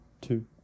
two